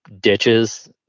ditches